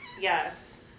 Yes